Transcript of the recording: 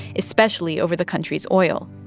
especially over the country's oil.